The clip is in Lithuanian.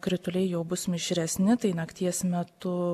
krituliai jau bus mišresni tai nakties metu